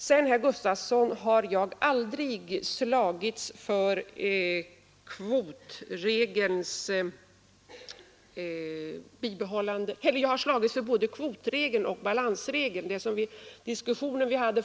Sedan till herr Gustavsson i Alvesta: Jag har slagits för bibehållande av både kvotregeln och balansregeln.